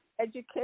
education